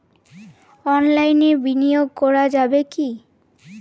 অনলাইনে বিনিয়োগ করা যাবে কি?